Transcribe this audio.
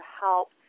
help